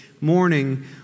morning